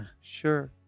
Sure